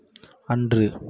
அன்று